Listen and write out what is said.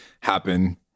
happen